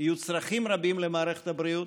יהיו צרכים רבים למערכת הבריאות,